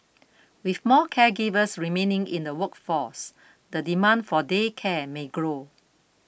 with more caregivers remaining in the workforce the demand for day care may grow